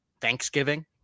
Thanksgiving